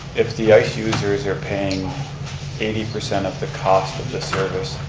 if the ice users are paying eighty percent of the cost of the service,